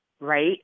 right